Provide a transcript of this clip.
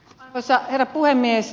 arvoisa herra puhemies